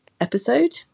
episode